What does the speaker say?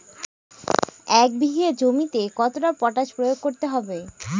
এক বিঘে জমিতে কতটা পটাশ প্রয়োগ করতে হবে?